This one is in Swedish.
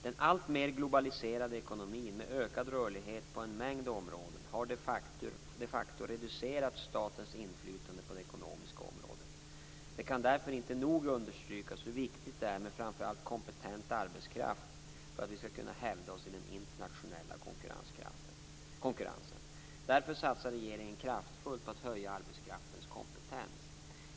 Den alltmer globaliserade ekonomin med ökad rörlighet på en mängd områden har de facto reducerat statens inflytande på det ekonomiska området. Det kan därför inte nog understrykas hur viktigt det är med framför allt kompetent arbetskraft för att vi skall kunna hävda oss i den internationella konkurrensen. Därför satsar regeringen kraftfullt på att höja arbetskraftens kompetens.